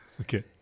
Okay